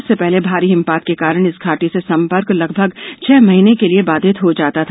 इससे पहले भारी हिमपात के कारण इस घाटी से संपर्क लगभग छह महीने के लिए बाधित हो जाता था